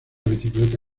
bicicleta